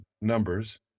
Numbers